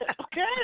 okay